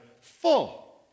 full